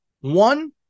One